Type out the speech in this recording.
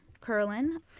Curlin